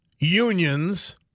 Unions